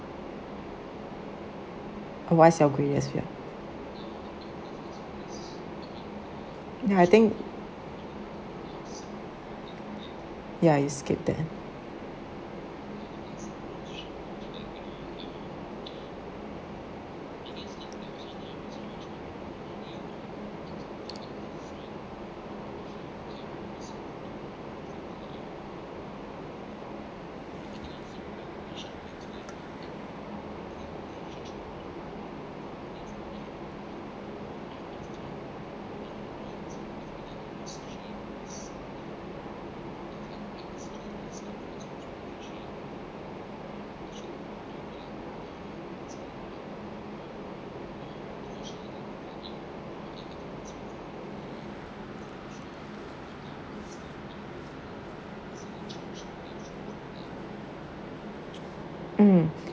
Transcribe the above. otherwise you agree as well ya I think ya you skip that mm